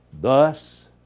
Thus